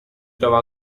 trova